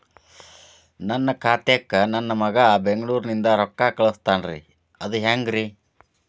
ನನ್ನ ಖಾತಾಕ್ಕ ನನ್ನ ಮಗಾ ಬೆಂಗಳೂರನಿಂದ ರೊಕ್ಕ ಕಳಸ್ತಾನ್ರಿ ಅದ ಹೆಂಗ್ರಿ?